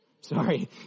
sorry